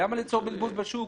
למה ליצור בלבול בשוק?